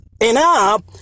enough